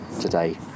today